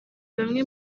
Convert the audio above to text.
bamwe